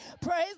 Praise